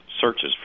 searches